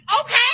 Okay